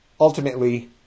Ultimately